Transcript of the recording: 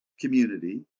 community